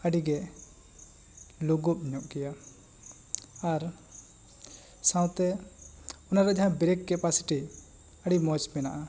ᱟᱹᱰᱤ ᱜᱮ ᱞᱩᱵᱩᱜ ᱧᱚᱜ ᱜᱤᱭᱟ ᱟᱨ ᱥᱟᱶ ᱛᱮ ᱚᱱᱟ ᱨᱮᱭᱟᱜ ᱵᱨᱮᱠ ᱠᱮᱯᱟᱥᱤᱴᱤ ᱟᱹᱰᱤ ᱢᱚᱡᱽ ᱢᱮᱱᱟᱜᱼᱟ